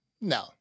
no